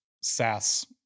SaaS